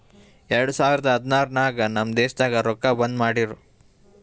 ಎರಡು ಸಾವಿರದ ಹದ್ನಾರ್ ನಾಗ್ ನಮ್ ದೇಶನಾಗ್ ರೊಕ್ಕಾ ಬಂದ್ ಮಾಡಿರೂ